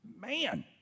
Man